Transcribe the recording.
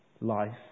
life